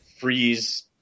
freeze